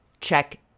check